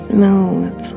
Smooth